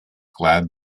glad